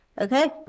Okay